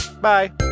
Bye